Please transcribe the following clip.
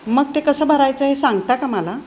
मग ते कसं भरायचं हे सांगता का मला